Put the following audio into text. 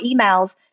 emails